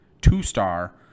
two-star